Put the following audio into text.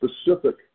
specific